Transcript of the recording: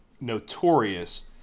notorious